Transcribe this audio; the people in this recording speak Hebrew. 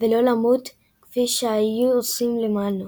ולא למות כפי שהיו עושים למענו.